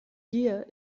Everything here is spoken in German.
gier